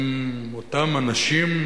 הם אותם אנשים,